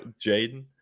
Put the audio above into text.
Jaden